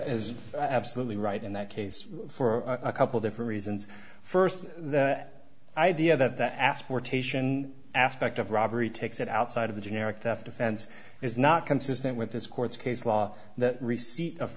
absolutely right in that case for a couple different reasons first the idea that the asportation aspect of robbery takes it outside of the generic theft offense is not consistent with this court's case law that receipt of